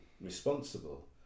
responsible